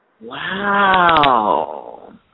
Wow